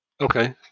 okay